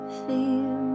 feel